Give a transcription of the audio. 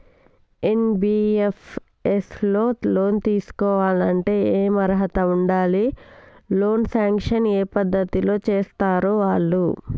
NBFS లో loan తీస్కోవాలంటే ఏం అర్హత ఉండాలి? లోన్ సాంక్షన్ ఏ పద్ధతి లో చేస్తరు వాళ్లు?